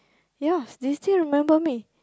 ya they still remember me